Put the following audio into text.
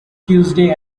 tuesday